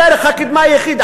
דרך הקידמה היחידה,